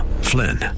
Flynn